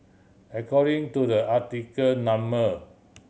according to the article number